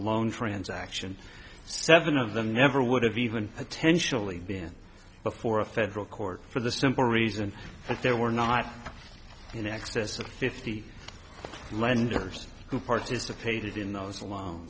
alone transaction seven of them never would have even potentially been before a federal court for the simple reason that there were not in excess of fifty lenders who participated in